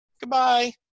goodbye